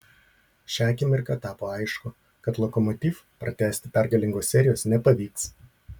šią akimirką tapo aišku kad lokomotiv pratęsti pergalingos serijos nepavyks